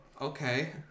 Okay